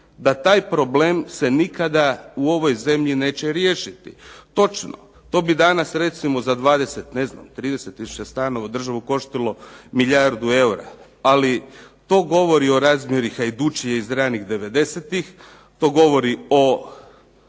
da taj problem se nikada u ovoj zemlji neće riješiti. Točno. To bi danas recimo za 20, ne znam 30 tisuća stanova državu koštalo milijardu eura, ali to govori o razmjeri hajdučije iz ranih 90-ih, to govori o